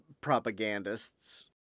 propagandists